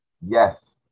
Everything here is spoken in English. Yes